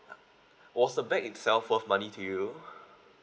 was the bag itself worth money to you